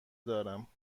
دارم